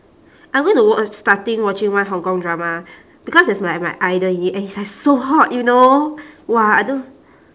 I'm going to watch starting watching one hong-kong drama because there's my my idol in it and he is like so hot you know !wah! I do~